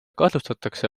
kahtlustatakse